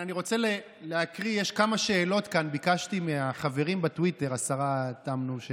אנחנו כאן מציגים את השינויים של הצעת החוק בעניין הוועדה למינוי